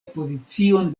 pozicion